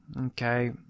Okay